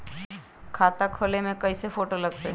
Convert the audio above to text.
खाता खोले में कइगो फ़ोटो लगतै?